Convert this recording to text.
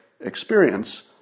experience